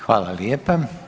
Hvala lijepa.